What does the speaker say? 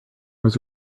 was